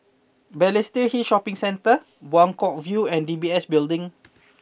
Balestier Hill Shopping Centre Buangkok View and D B S Building